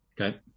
okay